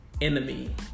Enemy